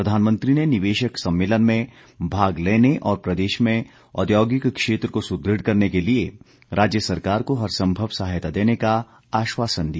प्रधानमंत्री ने निवेशक सम्मेलन में भाग लेने और प्रदेश में औद्योगिक क्षेत्र को सुदृढ़ करने के लिए राज्य सरकार को हर संभव सहायता देने का आश्वासन दिया